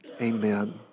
Amen